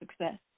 success